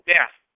Death